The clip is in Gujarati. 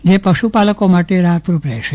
જે પશુપાલકો માટે રાહતરુપ રહેશે